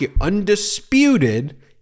undisputed